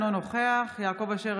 אינו נוכח יעקב אשר,